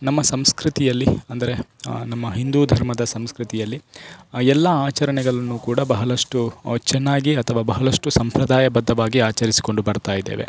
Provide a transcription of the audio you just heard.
ನಮ್ಮ ಸಂಸ್ಕೃತಿಯಲ್ಲಿ ಅಂದರೆ ನಮ್ಮ ಹಿಂದೂ ಧರ್ಮದ ಸಂಸ್ಕೃತಿಯಲ್ಲಿ ಎಲ್ಲ ಆಚರಣೆಗಳನ್ನು ಕೂಡ ಬಹಳಷ್ಟು ಚೆನ್ನಾಗಿ ಅಥವಾ ಬಹಳಷ್ಟು ಸಂಪ್ರದಾಯಬದ್ಧವಾಗಿ ಆಚರಿಸಿಕೊಂಡು ಬರ್ತಾಯಿದ್ದೇವೆ